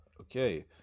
okay